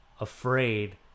afraid